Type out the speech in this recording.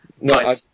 No